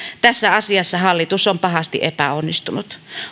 tässä asiassa hallitus on pahasti epäonnistunut